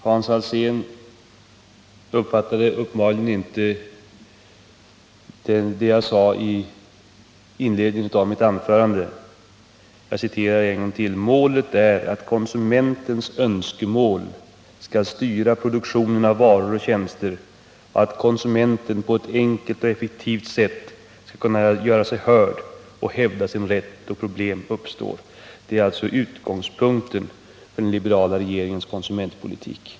Hans Alsén uppfattade uppenbarligen inte det jag sade i inledningen av mitt anförande: ”Målet är att konsumentens önskemål skall styra produktionen av varor och tjänster och att konsumenten på ett enkelt och effektivt sätt skall kunna göra sig hörd och hävda sin rätt då problem uppstår.” Det är alltså utgångspunkten för den liberala regeringens konsumentpolitik.